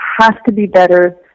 has-to-be-better